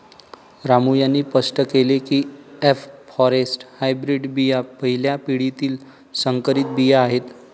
रामू यांनी स्पष्ट केले की एफ फॉरेस्ट हायब्रीड बिया पहिल्या पिढीतील संकरित बिया आहेत